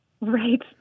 Right